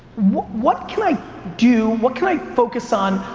what can i do, what can i focus on,